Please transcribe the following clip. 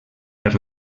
per